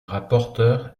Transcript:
rapporteur